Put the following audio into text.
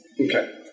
Okay